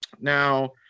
Now